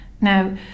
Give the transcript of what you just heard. now